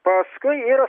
paskui yra